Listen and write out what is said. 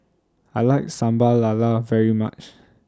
I like Sambal Lala very much